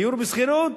דיור בשכירות,